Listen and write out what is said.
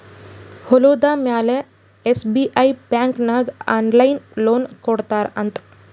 ಹೊಲುದ ಮ್ಯಾಲ SBI bank ನಾಗ್ ಆನ್ಲೈನ್ ಲೋನ್ ಕೊಡ್ತಾರ್ ಅಂತ್